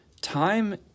time